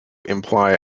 imply